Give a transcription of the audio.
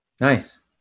Nice